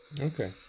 Okay